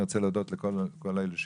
אני רוצה להודות לכל אלה שהגיעו,